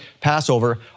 Passover